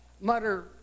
mutter